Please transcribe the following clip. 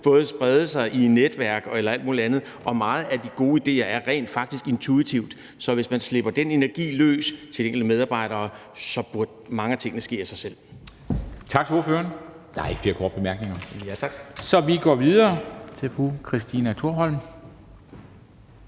både sprede sig i netværk og alt muligt andet. Og meget i forhold til de gode idéer er rent faktisk intuitivt, så hvis man slipper den energi løs til de enkelte medarbejdere, så burde mange af tingene ske af sig selv. Kl. 16:03 Formanden (Henrik Dam Kristensen): Tak til ordføreren. Der er ikke flere korte bemærkninger, så vi går videre til fru Christina Thorholm,